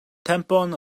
tempon